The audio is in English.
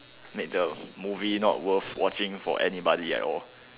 make the movie not worth watching for anybody at all